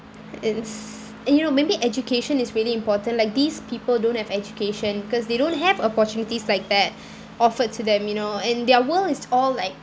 ins and you know maybe education is really important like these people don't have education cause they don't have opportunities like that offered to them you know and their world is all like